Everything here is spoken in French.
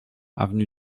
avenue